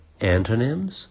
antonyms